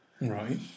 Right